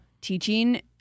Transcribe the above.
teaching